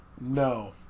no